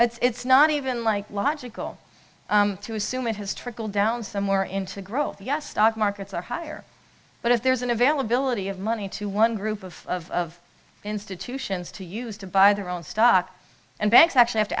it's not even like logical to assume it has trickled down somewhere into growth yes stock markets are higher but if there's an availability of money to one group of institutions to use to buy their own stock and banks actually have to